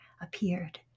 appeared